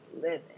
living